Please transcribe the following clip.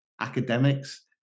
academics